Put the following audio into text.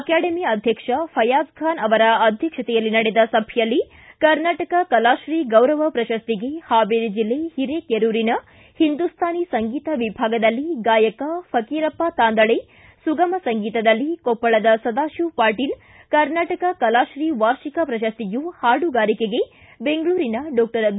academy ಅಧ್ಯಕ್ಷ ಫಯಾಜ್ಖಾನ್ ಅವರ ಅಧ್ಯಕ್ಷತೆಯಲ್ಲಿ ನಡೆದ ಸಭೆಯಲ್ಲಿ ಕರ್ನಾಟಕ ಕಲಾಶ್ರೀ ಗೌರವ ಪ್ರಶಸ್ತಿಗೆ ಹಾವೇರಿ ಜಿಲ್ಲೆ ಹಿರೇಕೆರೂರಿನ ಹಿಂದೂಸ್ವಾನಿ ಸಂಗೀತ ವಿಭಾಗದಲ್ಲಿ ಗಾಯಕ ಫಕೀರಪ್ಪ ತಾಂದಳೆ ಸುಗಮ ಸಂಗೀತದಲ್ಲಿ ಕೊಪ್ಪಳದ ಸದಾಶಿವ ಪಾಟೀಲ ಕರ್ನಾಟಕ ಕಲಾಶ್ರೀ ವಾರ್ಷಿಕ ಪ್ರಶಸ್ತಿಯು ಹಾಡುಗಾರಿಕೆಗೆ ಬೆಂಗಳೂರಿನ ಡಾಕ್ಷರ್ ಬಿ